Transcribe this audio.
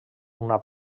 una